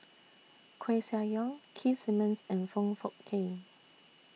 Koeh Sia Yong Keith Simmons and Foong Fook Kay